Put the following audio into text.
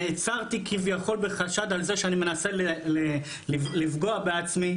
נעצרתי כביכול בחשד על זה שאני מנסה לפגוע בעצמי,